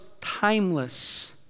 timeless